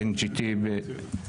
מתוך?